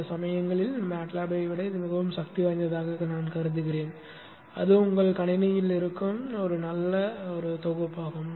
சில சமயங்களில் MATLAB ஐ விட இது மிகவும் சக்தி வாய்ந்ததாகக் கருதுகிறேன் அது உங்கள் கணினியில் இருக்கும் ஒரு நல்ல தொகுப்பாகும்